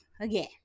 again